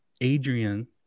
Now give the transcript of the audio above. Adrian